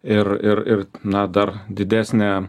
ir ir ir na dar didesnė